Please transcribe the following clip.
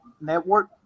network